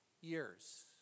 years